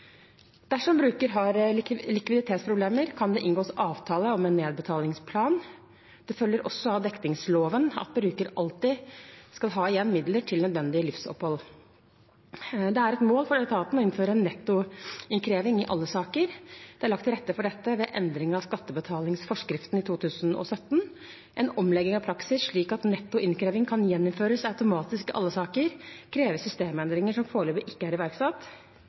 Dersom bruker har likviditetsproblemer, kan det inngås avtale om en nedbetalingsplan. Det følger også av dekningsloven at bruker alltid skal ha igjen midler til nødvendig livsopphold. Det er et mål for etaten å innføre nettoinnkreving i alle saker. Det er lagt til rette for dette ved endring av skattebetalingsforskriften i 2017. En omlegging av praksis slik at netto innkreving kan gjennomføres automatisk i alle saker, krever systemendringer som foreløpig ikke er iverksatt.